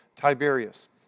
Tiberius